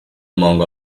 among